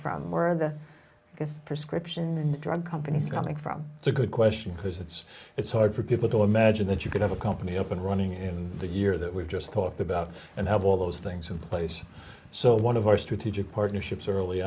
from where the biggest prescription drug companies coming from it's a good question because it's it's hard for people to imagine that you could have a company up and running in the year that we've just talked about and have all those things in place so one of our strategic partnerships early